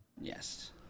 Yes